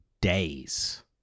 days